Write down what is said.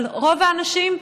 אבל רוב האנשים,